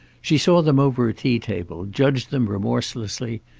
she saw them over a tea-table, judged them remorselessly,